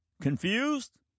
Confused